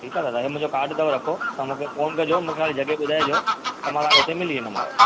ठीकु आहे दादा हे मुंहिंजो काड अथव रखो त मूंखे फ़ोन कॼो मूंखे ख़ाली जगह ॿुधाइजो त मां तव्हांखे हुते मिली वेंदोमांव